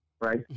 Right